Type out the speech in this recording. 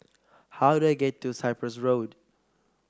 how do I get to Cyprus Road